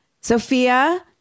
Sophia